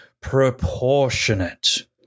Proportionate